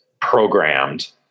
programmed